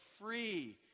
free